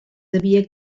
devia